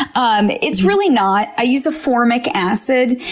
ah um it's really not. i use a formic acid.